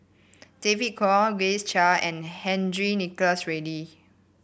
David Kwo Grace Chia and Henry Nicholas Ridley